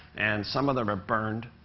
and some of them are burned,